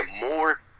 more